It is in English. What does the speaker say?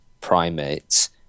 primates